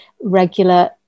regular